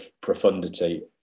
profundity